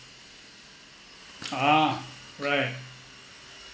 ah right